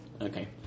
Okay